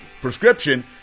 prescription